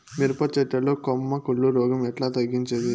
మిరప చెట్ల లో కొమ్మ కుళ్ళు రోగం ఎట్లా తగ్గించేది?